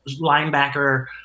linebacker